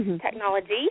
technology